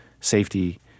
safety